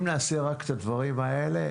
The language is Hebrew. אם נעשה רק את הדברים האלה,